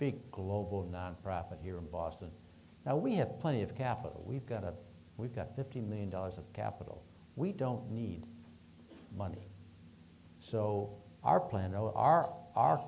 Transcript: big global nonprofit here in boston now we have plenty of capital we've got a we've got fifty million dollars of capital we don't need money so our plan